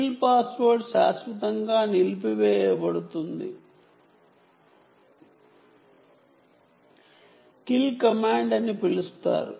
kill password ని kill command అని కూడా పిలుస్తారు